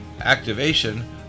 activation